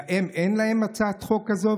להם אין להם הצעת חוק כזאת?